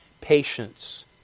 patience